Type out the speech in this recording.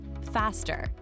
faster